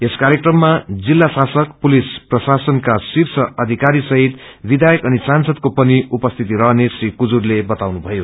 यस कार्यक्रममा जिल्ला शासक पुलिस प्रशासनका शीर्ष अधिकारले विषायक अनि सांसदको पनि उपस्थित रहने श्री कुजुरले बताउनुभयो